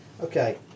Okay